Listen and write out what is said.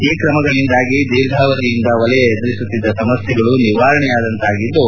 ಈ ಕ್ರಮಗಳಿಂದಾಗಿ ದೀರ್ಘಾವಧಿಯಿಂದ ವಲಯ ಎದುರಿಸುತ್ತಿದ್ದ ಸಮಸ್ತೆಗಳು ನಿವಾರಣೆಯಾದಂತಾಗಿದ್ದು